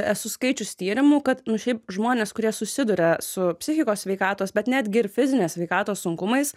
esu skaičius tyrimų kad nu šiaip žmonės kurie susiduria su psichikos sveikatos bet netgi ir fizinės sveikatos sunkumais